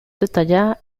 detallada